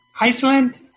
Iceland